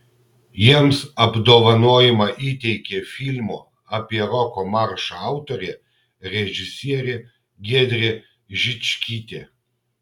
jiems apdovanojimą įteikė filmo apie roko maršą autorė režisierė giedrė žičkytė